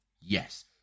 Yes